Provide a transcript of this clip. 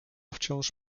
wciąż